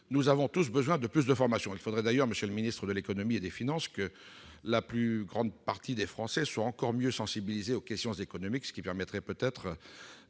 nous avons tous besoin de plus de formation. Il faudrait d'ailleurs, monsieur le ministre de l'économie et des finances, que la majorité des Français soient mieux sensibilisés aux questions économiques, ce qui permettrait peut-être